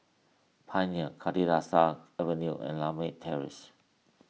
Pioneer Kalidasa Avenue and Lakme Terrace